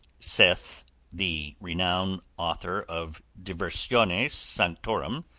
saith the renowned author of diversiones sanctorum,